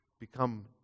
become